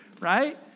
Right